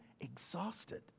exhausted